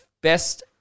Best